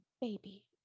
baby